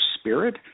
spirit